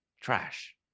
Trash